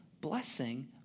blessing